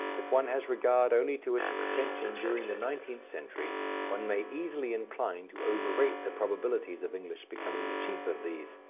if one has regard only to its extension during the nineteenth century one may easily incline to overrate the probabilities of english becoming the chief of these.